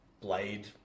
blade